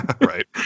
Right